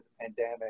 pandemic